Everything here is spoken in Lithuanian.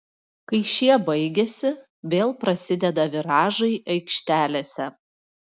kai šie baigiasi vėl prasideda viražai aikštelėse